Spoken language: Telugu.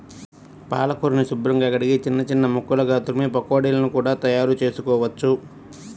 పాలకూరని శుభ్రంగా కడిగి చిన్న చిన్న ముక్కలుగా తురిమి పకోడీలను కూడా తయారుచేసుకోవచ్చు